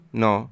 no